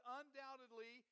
undoubtedly